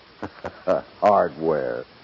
Hardware